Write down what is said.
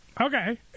Okay